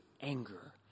anger